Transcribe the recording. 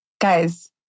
Guys